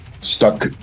stuck